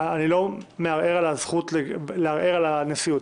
אני לא מערער על הזכות לערער על הנשיאות.